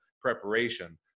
preparation